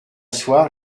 soir